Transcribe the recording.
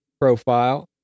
profile